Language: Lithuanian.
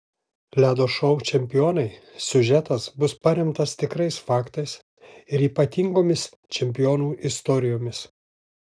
ledo šou čempionai siužetas bus paremtas tikrais faktais ir ypatingomis čempionų istorijomis